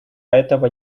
этого